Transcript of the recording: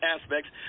aspects